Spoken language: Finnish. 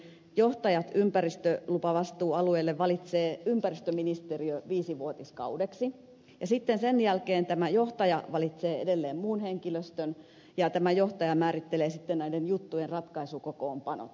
johtajat ympäristölupavastuualueille valitsee ympäristöministeriö viisivuotiskaudeksi ja sitten sen jälkeen tämä johtaja valitsee edelleen muun henkilöstön ja tämä johtaja määrittelee sitten näiden juttujen ratkaisukokoonpanot